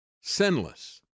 sinless